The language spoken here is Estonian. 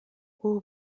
kuhu